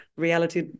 reality